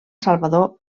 salvador